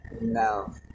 No